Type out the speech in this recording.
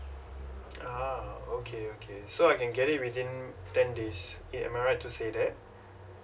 a'ah okay okay so I can get it within ten days eh am I right to say that